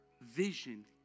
vision